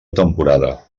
temporada